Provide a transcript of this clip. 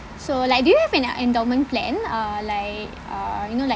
so like do you have an an endowment plan uh like uh you know like